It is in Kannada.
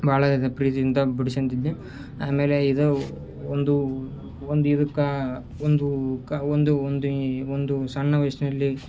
ಬಹಳ ದ ಪ್ರೀತಿಯಿಂದ ಬಿಡಿಸಂತಿದ್ದೆ ಆಮೇಲೆ ಇದು ಒಂದು ಒಂದು ಇದುಕ್ಕೆ ಒಂದು ಕ ಒಂದು ಒಂದು ಈ ಒಂದು ಸಣ್ಣವಯಸ್ಸಿನಲ್ಲಿ